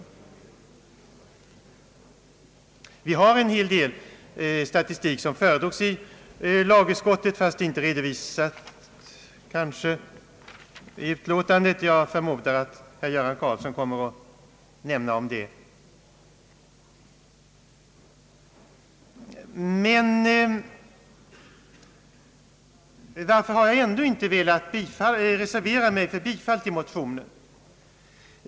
I lagutskottet föredrogs en hel del statistik, fast den kanske inte är redovisad i utlåtandet. Jag förmodar att herr Göran Karlsson kommer att redogöra för detta. Men varför har jag ändå inte velat reservera mig för bifall till motionen?